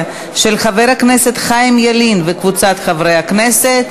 חבר כנסת איוב קרא מבקש להתווסף לפרוטוקול כמתנגד.